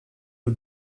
you